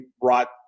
brought